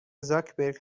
زاکبرک